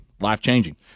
life-changing